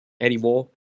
anymore